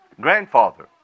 grandfather